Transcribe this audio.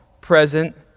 present